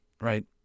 right